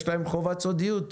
יש להם חובת סודיות.